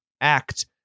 act